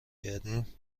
کردیم